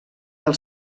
del